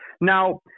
Now